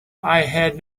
had